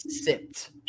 sipped